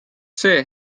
see